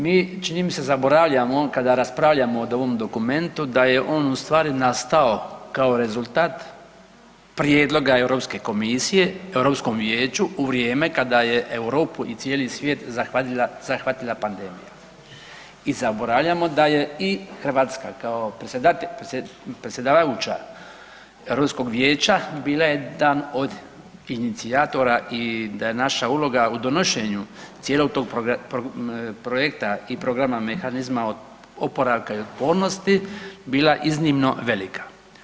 Mi čini mi se zaboravljamo kada raspravljamo o ovom dokumentu da je on u stvari nastao kao rezultat prijedloga Europske komisije Europskom vijeću u vrijeme kada je Europu i cijeli svijet zahvatila pandemija i zaboravljamo da je i Hrvatska kao predsjedavajuća Europskog vijeća bila jedan od inicijatora i da je naša uloga u donošenju cijelog tog projekta i programa mehanizma oporavka i otpornosti bila iznimno velika.